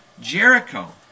Jericho